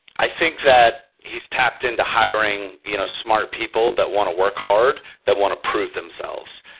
i think that he's tapped in to hiring you know smart people that want to work hard, that want to prove themselves.